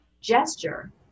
gesture